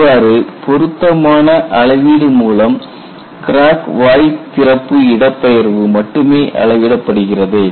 இவ்வாறு பொருத்தமான அளவீடு மூலம் கிராக் வாய் திறப்பு இடப்பெயர்வு மட்டுமே அளவிடப்படுகிறது